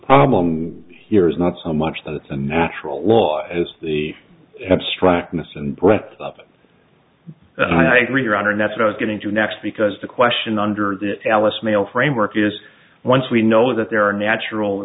problem here is not so much that it's a natural law as the abstractness and breath of i agree your honor and that's what i was getting to next because the question under the alice male framework is once we know that there are natural